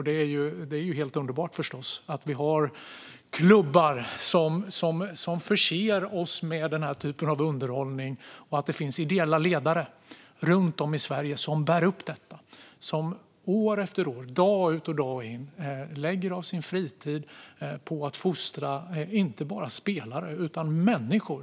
Det är förstås helt underbart att vi har klubbar som förser oss med den här typen av underhållning och att det finns ideella ledare runt om i Sverige som bär upp detta. År efter år, dag ut och dag in, ägnar de delar av sin fritid åt att fostra inte bara spelare utan människor.